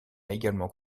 également